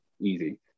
easy